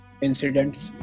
incidents